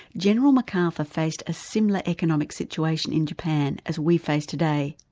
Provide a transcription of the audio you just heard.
general macarthur faced a similar economic situation in japan as we face today.